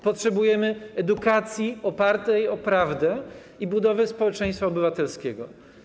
Potrzebujemy edukacji opartej na prawdzie i budowy społeczeństwa obywatelskiego.